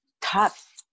tough